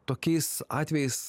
tokiais atvejais